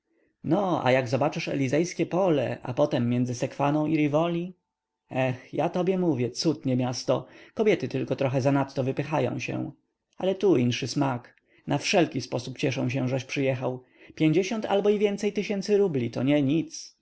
no a jak zobaczysz elizejskie pole a potem między sekwaną i rivoli eh ja tobie mówię cud nie miasto kobiety tylko trochę zanadto wypychają się ale tu inszy smak na wszelki sposób cieszę się żeś przyjechał pięćdziesiąt albo i więcej tysięcy rubli to nie nic